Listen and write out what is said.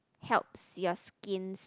helps your skin